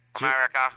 America